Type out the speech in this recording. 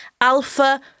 alpha